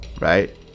right